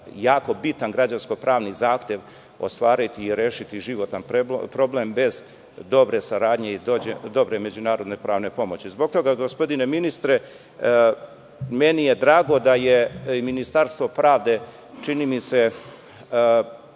jako bitan građansko-pravni zahtev ostvariti i rešiti životni problem bez dobre saradnje i dobre međunarodne pravne pomoći. Zbog toga, gospodine ministre, meni je drago da je i Ministarstvo pravde, čini mi se,